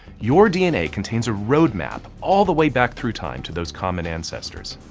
your dna contains a roadmap all the way back through time to those common ancestors.